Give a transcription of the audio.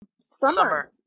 summer